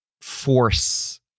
force